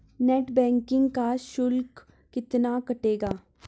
Net banking का शुल्क कितना कटेगा?